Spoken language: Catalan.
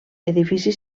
edifici